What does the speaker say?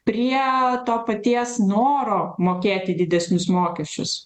prie to paties noro mokėti didesnius mokesčius